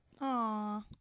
Aw